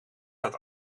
gaat